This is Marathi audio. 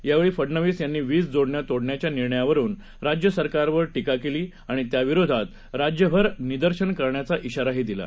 यावेळीफडनवीसयांनीवीजजोडण्यातोडण्याच्यानिर्णयावरूनराज्यसरकारवरटीकाकेलीआणित्याविरोधातराज्यभरनिदर्शनंकरायचाञाराही दिला